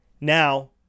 Now